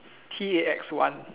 T A X one